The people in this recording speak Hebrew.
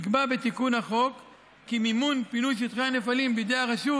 נקבע בתיקון לחוק כי מימון פינוי שטחי הנפלים בידי הרשות